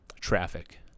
traffic